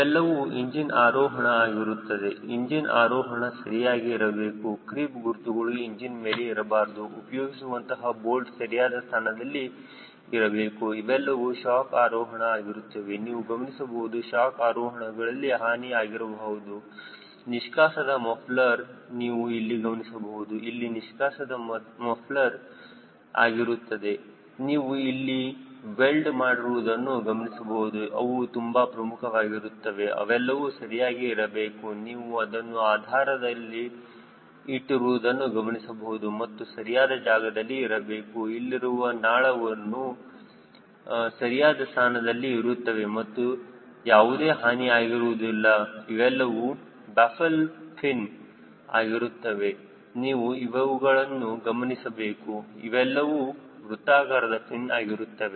ಇವೆಲ್ಲವೂ ಇಂಜಿನ್ ಆರೋಹಣ ಆಗಿರುತ್ತವೆ ಇಂಜಿನ್ ಆರೋಹಣ ಸರಿಯಾಗಿ ಇರಬೇಕು ಕ್ರೀಪ್ ಗುರುತುಗಳು ಇಂಜಿನ್ ಮೇಲೆ ಇರಬಾರದು ಉಪಯೋಗಿಸಿರುವಂತಹ ಬೋಲ್ಟ್ ಸರಿಯಾದ ಸ್ಥಾನದಲ್ಲಿ ಇರಬೇಕು ಇವೆಲ್ಲವೂ ಶಾಕ್ ಆರೋಹಣ ಆಗಿರುತ್ತವೆ ನೀವು ಗಮನಿಸಬಹುದು ಶಾಕ್ ಆರೋಹಣಗಳು ಹಾನಿ ಆಗಿರಬಾರದು ನಿಷ್ಕಾಸದ ಮಫ್ಲರ್ ನೀವು ಇಲ್ಲಿ ಗಮನಿಸಬಹುದು ಇದು ನಿಷ್ಕಾಸದ ಮಫ್ಲರ್ ಆಗಿರುತ್ತದೆ ನೀವು ಇಲ್ಲಿ ವೆಲ್ಡ್ ಮಾಡಿರುವುದನ್ನು ಗಮನಿಸಬಹುದು ಅವೂ ತುಂಬಾ ಪ್ರಮುಖವಾಗಿರುತ್ತದೆ ಅವೆಲ್ಲವೂ ಸರಿಯಾಗಿ ಇರಬೇಕು ನೀವು ಇದನ್ನು ಆಧಾರದಲ್ಲಿ ಇಟ್ಟಿರುವುದನ್ನು ಗಮನಿಸಬಹುದು ಅದು ಸರಿಯಾದ ಜಾಗದಲ್ಲಿ ಇರಬೇಕು ಇಲ್ಲಿರುವ ನಾಳವು ಸರಿಯಾದ ಸ್ಥಾನದಲ್ಲಿ ಇರುತ್ತದೆ ಮತ್ತು ಯಾವುದೇ ಹಾನಿ ಆಗಿರುವುದಿಲ್ಲ ಇವೆಲ್ಲವೂ ಬ್ಯಾಫೆಲ್ ಫಿನ್ ಆಗಿರುತ್ತವೆ ನೀವು ಇವುಗಳನ್ನು ಗಮನಿಸಬೇಕು ಇವೆಲ್ಲವೂ ವೃತ್ತಾಕಾರದ ಫಿನ್ ಆಗಿರುತ್ತವೆ